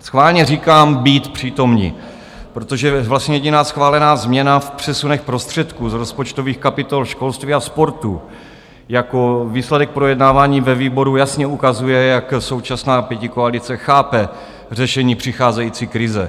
Schválně říkám být přítomni, protože vlastně jediná schválená změna v přesunech prostředků z rozpočtových kapitol školství a sportu jako výsledek projednávání ve výboru jasně ukazuje, jak současná pětikoalice chápe řešení přicházející krize.